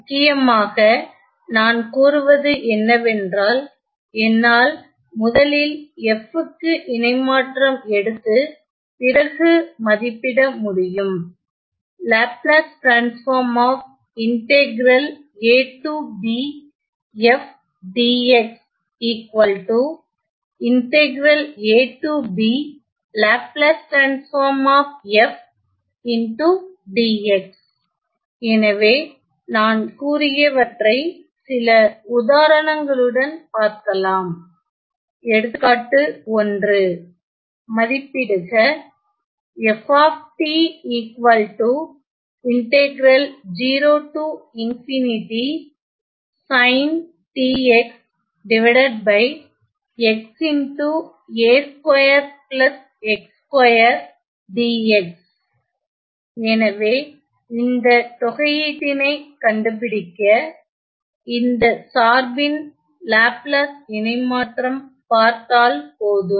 முக்கியமாக நான் கூறுவது என்னவென்றால் என்னால் முதலில் f க்கு இணை மாற்றம் எடுத்து பிறகு மதிப்பிட முடியும் எனவே நான் கூறியவற்றை சில உதாரணங்களுடன் பார்க்கலாம் எடுத்துக்காட்டு 1 மதிப்பிடுக எனவே இந்த தொகையீட்யினை கண்டுபிடிக்க இந்த சார்பின் லாப்லாஸ் இணைமாற்றம் பார்த்தால் போதும்